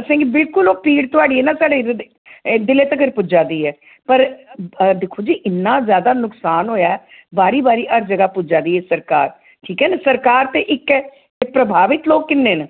असें गी बिलकुल ओह् पीड़ थोआढ़ी ऐ ना साढ़े दिलै तगर पुज्जा दी ऐ पर दिक्खो जी इन्ना जैदा नुकसान होएआ ऐ बारी बारी हर ज'गा पुज्जा दी ऐ सरकार ठीक ऐ सरकार ते इक ऐ ते प्रभावत लोक किन्ने न